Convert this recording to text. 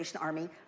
Army